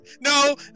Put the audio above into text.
No